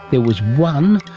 there was one,